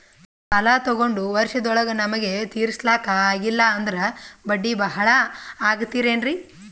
ಸಾಲ ತೊಗೊಂಡು ವರ್ಷದೋಳಗ ನಮಗೆ ತೀರಿಸ್ಲಿಕಾ ಆಗಿಲ್ಲಾ ಅಂದ್ರ ಬಡ್ಡಿ ಬಹಳಾ ಆಗತಿರೆನ್ರಿ?